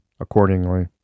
accordingly